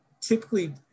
typically